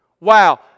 Wow